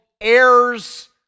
heirs